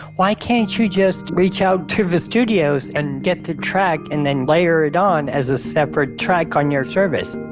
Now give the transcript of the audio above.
why can't you just reach out to the studios and get the track and then layer it on as a separate track on your service?